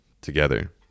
together